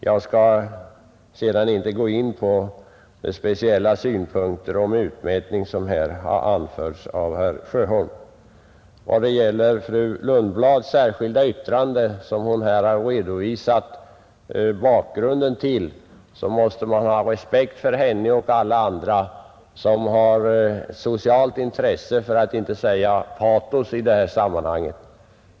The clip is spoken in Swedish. Jag skall inte gå in på de speciella synpunkter om utmätning som herr Sjöholm här har anfört. Vad gäller fru Lundblads särskilda yttrande, som hon nyss redovisat bakgrunden till, måste man hysa respekt för henne och alla andra som har socialt intresse, för att inte säga patos i det här sammanhanget.